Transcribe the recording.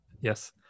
Yes